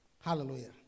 Hallelujah